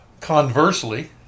conversely